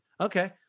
okay